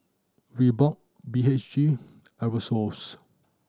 Reebok B H G Aerosoles